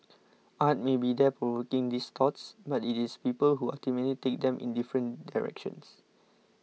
art may be there provoking these thoughts but it is people who ultimately take them in different directions